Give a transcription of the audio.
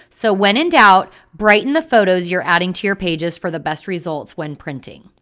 so when in doubt, brighten the photos you're adding to your pages for the best results when printing.